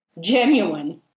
genuine